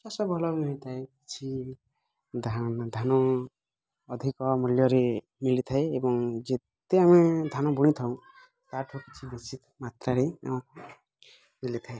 ଚାଷ ଭଲ ବି ହୋଇଥାଏ କିଛି ଧାନ ଧାନ ଅଧିକ ମୂଲ୍ୟରେ ମିଳିଥାଏ ଏବଂ ଯେତେ ଆମେ ଧାନ ବୁଣି ଥାଉ ତାଠୁ କିଛି ବେଶୀ ମାତ୍ରାରେ ଆମକୁ ମିଳିଥାଏ